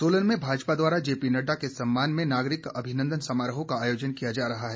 सोलन में भाजपा द्वारा जेपी नड्डा के सम्मान में नागरिक अभिनंदन समारोह का आयोजन किया जा रहा है